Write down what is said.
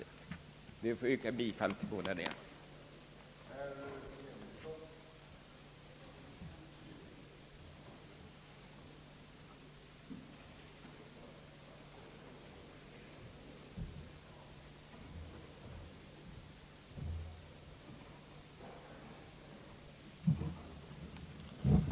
Jag ber att få yrka bifall till reservationerna vid punkten 21.